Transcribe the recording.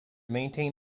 maintain